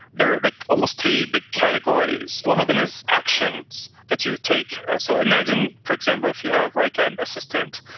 there are almost three big categories. one of them is actions that you take. so imagine, for example, if you have like an assistant,